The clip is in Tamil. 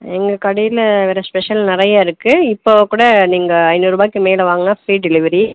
எங்கள் கடையில் வேறு ஸ்பெஷல் நிறையா இருக்குது இப்போ கூட நீங்கள் ஐநூறுரூபாய்க்கு மேலே வாங்குனால் ஃப்ரீ டெலிவரி